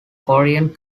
korean